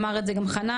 אמר את זה גם חנן,